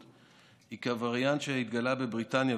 היא כי הווריאנט שהתגלה בבריטניה,